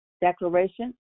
declaration